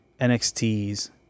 NXT's